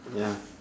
ya